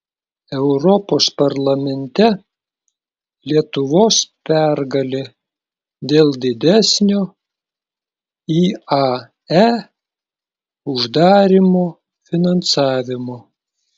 europos parlamente lietuvos pergalė dėl didesnio iae uždarymo finansavimo